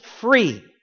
free